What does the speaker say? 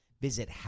Visit